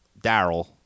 Daryl